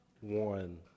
one